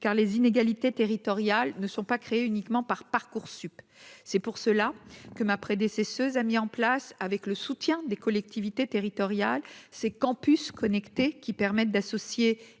car les inégalités territoriales ne sont pas créés uniquement par Parcoursup c'est pour cela que ma prédécesseuse a mis en place avec le soutien des collectivités territoriales, ces Campus connectés qui permettent d'associer